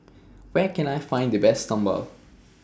Where Can I Find The Best Sambal